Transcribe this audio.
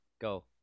Go